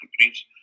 companies